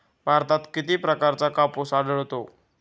भारतात किती प्रकारचा कापूस आढळतो?